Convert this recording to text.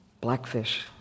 blackfish